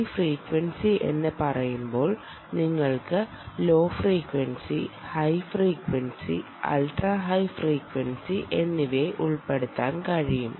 D frequency എന്ന് പറയുമ്പോൾ നിങ്ങൾക്ക് low frequency high frequency ultra high frequency എന്നിവയെ ഉൾപ്പെടുത്താൻ കഴിയും